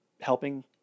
helping